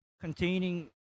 containing